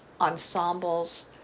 ensembles